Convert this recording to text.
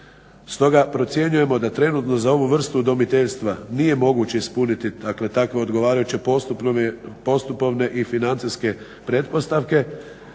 Stoga procjenjujemo da trenutno za ovu vrstu udomiteljstva nije moguće ispuniti, dakle takve odgovarajuće postpovne i financijske pretpostavke